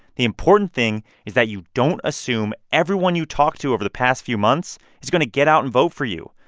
the important thing is that you don't assume everyone you talked to over the past few months is going to get out and vote for you.